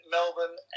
Melbourne